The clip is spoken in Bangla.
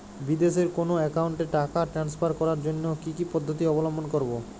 বিদেশের কোনো অ্যাকাউন্টে টাকা ট্রান্সফার করার জন্য কী কী পদ্ধতি অবলম্বন করব?